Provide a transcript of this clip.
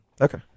Okay